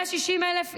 160,000 איש,